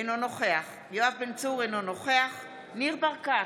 אינו נוכח יואב בן צור, אינו נוכח ניר ברקת,